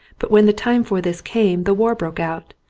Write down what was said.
but when the time for this came the war broke out,